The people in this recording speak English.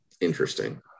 Interesting